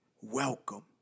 Welcome